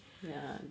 ya